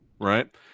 Right